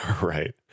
Right